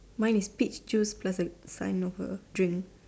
mine is peach juice plus a sign of a drink